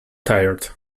tired